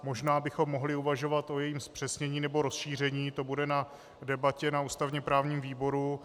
Možná bychom mohli uvažovat o jejím zpřesnění nebo rozšíření, to bude na debatě na ústavněprávním výboru.